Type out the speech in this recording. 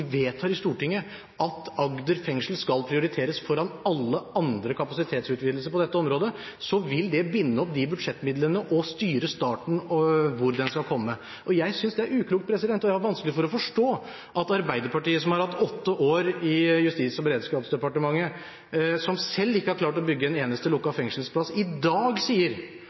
vedtar i Stortinget at Agder fengsel skal prioriteres foran alle andre kapasitetsutvidelser på dette området, vil det binde opp de budsjettmidlene og styre starten og hvor den skal komme. Jeg synes det er uklokt. Jeg har vanskelig for å forstå at Arbeiderpartiet, som har hatt åtte år i Justis- og beredskapsdepartementet, og som selv ikke har klart å bygge en eneste lukket fengselsplass, i dag sier